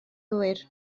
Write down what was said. gywir